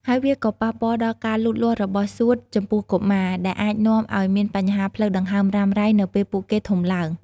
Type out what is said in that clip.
ហើយវាក៏ប៉ះពាល់ដល់ ការលូតលាស់របស់សួតចំពោះកុមារ ដែលអាចនាំឱ្យមានបញ្ហាផ្លូវដង្ហើមរ៉ាំរ៉ៃនៅពេលពួកគេធំឡើង។